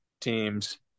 teams